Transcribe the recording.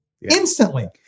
instantly